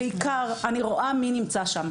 ובעיקר אני רואה מי נמצא שם.